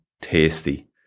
tasty